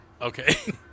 Okay